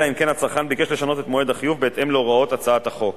אלא אם כן הצרכן ביקש לשנות את מועד החיוב בהתאם להוראות הצעת החוק,